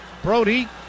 Brody